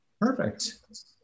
Perfect